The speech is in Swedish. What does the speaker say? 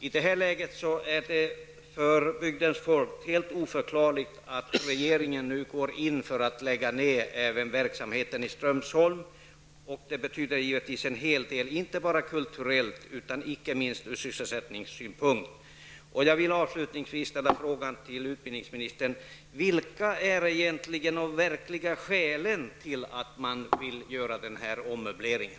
I det här läget är det för bygdens folk helt oförklarligt att regeringen nu går in för att även lägga ned verksamheten på Strömsholm. Det betyder givetvis en hel del, inte bara kulturellt utan icke minst från sysselsättningssynpunkt. Avslutningsvis vill jag fråga utbildningsministern vilka de verkliga skälen egentligen är till att man vill göra den här ommöbleringen.